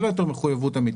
אין לו יותר מחויבות אמיתית.